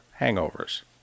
hangovers